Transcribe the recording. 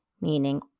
meaning